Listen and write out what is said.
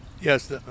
yes